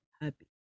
happy